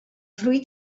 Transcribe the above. fruit